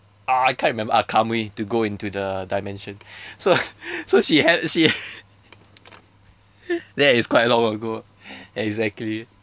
uh I can't remember ah kamui to go into the dimension so so she had she that is quite long ago exactly